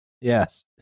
yes